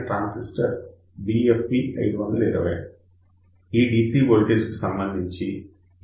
ఈ DC voltage కు సంబంధించి ఈ బిందువు వద్ద వోల్టేజ్ కొనుక్కోవచ్చు